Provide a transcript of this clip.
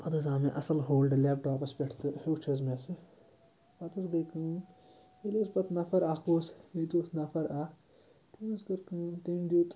پَتہٕ حظ آو مےٚ اَصٕل ہولڈٕ لیپٹاپَس پٮ۪ٹھ تہٕ ہیوٚچھ حظ مےٚ سُہ پَتہٕ حظ گٔے کٲم ییٚلہِ حظ پَتہٕ نفَر اَکھ اوس ییٚتہِ اوس نفَر اَکھ تٔمۍ حظ کٔر کٲم تٔمۍ دیُت